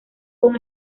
con